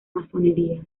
masonería